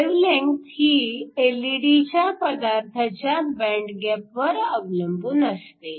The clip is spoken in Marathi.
वेव्हलेंथ ही एलईडीच्या पदार्थाच्या बँड गॅपवर अवलंबून असते